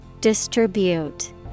Distribute